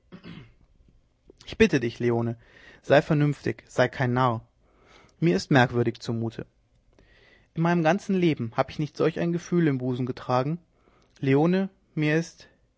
ich bitte dich leone sei vernünftig sei kein narr mir ist merkwürdig zumute in meinem ganzen leben hab ich nicht ein solch gefühl im busen getragen leone mir ist